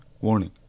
Warning